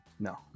No